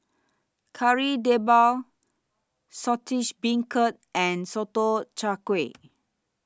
Kari Debal Saltish Beancurd and Sotong Char Kway